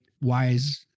wise